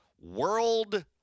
World